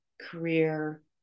career